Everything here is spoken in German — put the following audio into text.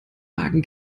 wagen